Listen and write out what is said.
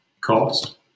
cost